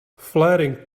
flaring